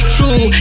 True